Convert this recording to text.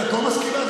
את לא מסכימה,